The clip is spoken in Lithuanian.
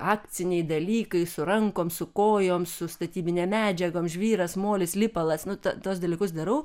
akciniai dalykai su rankom su kojom su statybinėm medžiagom žvyras molis lipalas nu tuos dalykus darau